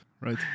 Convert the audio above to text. right